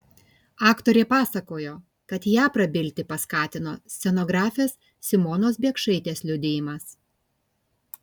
aktorė pasakojo kad ją prabilti paskatino scenografės simonos biekšaitės liudijimas